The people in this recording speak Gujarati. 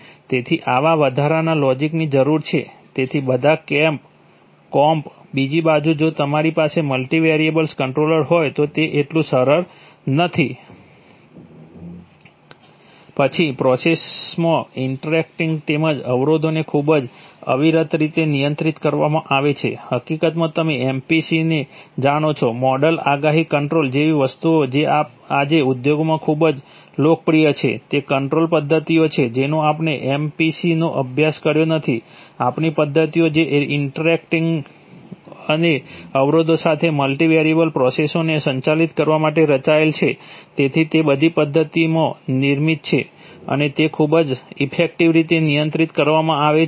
તેથી આવા વધારાના લોજિકની જરૂર છે તેથી બધા કોમ્પ બીજી બાજુ જો તમારી પાસે મલ્ટિવેરિયેબલ કંટ્રોલર્સ હોય તો તે એટલું સરળ નથી પછી પ્રોસેસમાં ઇન્ટરેક્ટિંગ તેમજ અવરોધોને ખૂબ જ અવિરત રીતે નિયંત્રિત કરવામાં આવે છે હકીકતમાં તમે MPC ને જાણો છો મોડેલ આગાહી કંટ્રોલ જેવી વસ્તુઓ જે આજે ઉદ્યોગમાં ખૂબ જ લોકપ્રિય છે તે કંટ્રોલ પદ્ધતિઓ છે જેનો આપણે MPC નો અભ્યાસ કર્યો નથી આપણી પદ્ધતિઓ જે ઇન્ટરેક્ટિંગઓ અને અવરોધો સાથે મલ્ટિવેરિયેબલ પ્રોસેસઓને સંચાલિત કરવા માટે રચાયેલ છે તેથી તે બધી પદ્ધતિમાં નિર્મિત છે અને તે ખૂબ જ ઇફેક્ટિવ રીતે નિયંત્રિત કરવામાં આવે છે